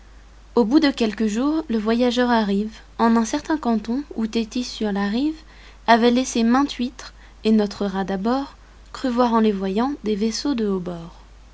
au bout de quelques jours le voyageur arrive en un certain canton où téthys sur la rive avait laissé mainte huître et notre rat d'abord crut voir en les voyant des vaisseaux de haut bord